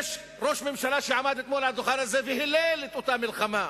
יש ראש ממשלה שעמד אתמול על הדוכן הזה והילל את אותה מלחמה,